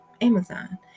amazon